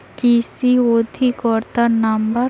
কৃষি অধিকর্তার নাম্বার?